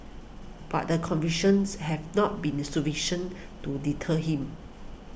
but the convictions have not been sufficient to deter him